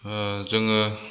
जोङो